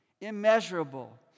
Immeasurable